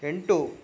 ಎಂಟು